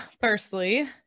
firstly